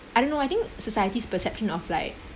I don't know I think society's perception of like